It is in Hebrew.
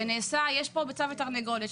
זה נעשה, יש פה ביצה ותרנגולת.